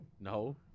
No